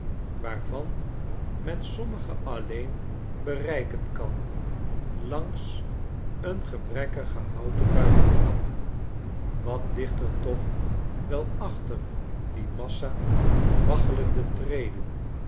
waarvan men sommige alleen bereiken kan langs een gebrekkige houten buitentrap wat ligt er toch wel achter die massa waggelende treden